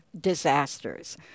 disasters